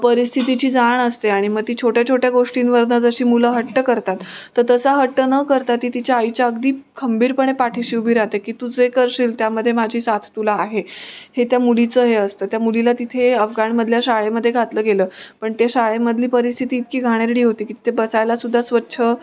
परिस्थितीची जाण असते आणि मग ती छोट्या छोट्या गोष्टींवरून जशी मुलं हट्ट करतात तर तसा हट्ट न करता ती तिच्या आईच्या अगदी खंबीरपणे पाठीशी उभी राहते की तू जे करशील त्यामध्ये माझी साथ तुला आहे हे त्या मुलीचं हे असतं त्या मुलीला तिथे अफगाणमधल्या शाळेमध्ये घातलं गेलं पण त्या शाळेमधली परिस्थिती इतकी घाणेरडी होती की तेे बसायलाुद्धा स्वच्छ